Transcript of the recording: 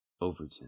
Overton